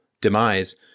demise